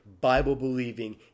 Bible-believing